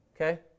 Okay